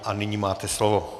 A nyní máte slovo.